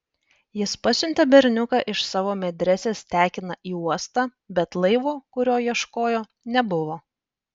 jis pasiuntė berniuką iš savo medresės tekiną į uostą bet laivo kurio ieškojo nebuvo